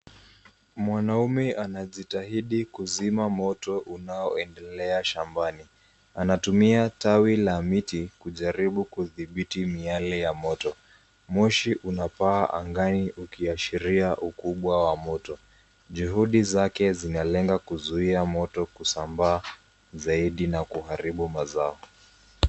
Mwanaume anajitahidi kuzima moto unaoendelea shambani. Anatumia tawi la miti kujaribu kutibhiti miale ya moto. Moshi unapaa angani ukiashiria ukubwa wa moto. Juhudi zake zinalenga kuzuhia moto kusambaa zaidi na kuharibu mazao.